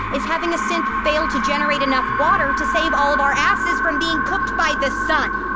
is having a synth fail to generate enough water to save all of our asses from being cooked by the sun!